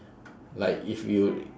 like if you